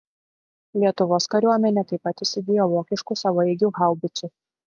lietuvos kariuomenė taip pat įsigijo vokiškų savaeigių haubicų